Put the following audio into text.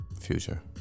Future